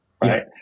right